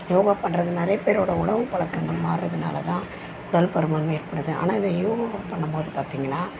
யோகா பண்ணுறது நிறைய பேரோடய உணவு பழக்கங்கள் மாறுறதுனால தான் உடல் பருமன் ஏற்படுது ஆனால் இந்த யோகா பண்ணும்போது பார்த்தீங்கனா